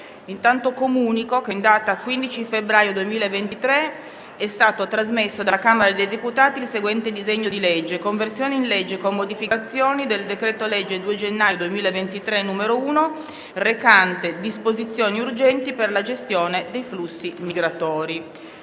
finestra"). Comunico che, in data 15 febbraio 2023, è stato trasmesso dalla Camera dei deputati il seguente disegno di legge: «Conversione in legge, con modificazioni, del decreto-legge 2 gennaio 2023, n. 1, recante disposizioni urgenti per la gestione dei flussi migratori»